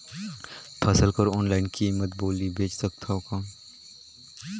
फसल कर ऑनलाइन कीमत बोली बेच सकथव कौन?